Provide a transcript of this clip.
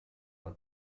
war